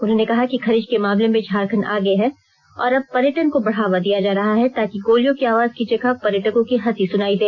उन्होंने कहा कि खनिज के मामले में झारखंड आगे है और अब पर्यटन को बढ़ावा दिया जा रहा है ताकि गोलियों की आवाज की जगह पर्यटकों की हंसी सुनायी दे